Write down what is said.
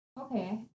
Okay